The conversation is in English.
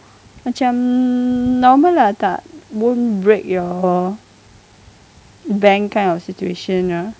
macam normal lah tak won't break your bank kind of situation lah